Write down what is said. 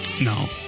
No